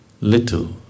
little